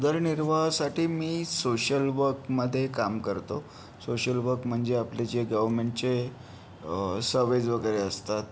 उदरनिर्वाहासाठी मी सोशल वकमध्ये काम करतो सोशल वक म्हणजे आपले जे गवमेंटचे सवेज वगैरे असतात